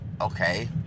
Okay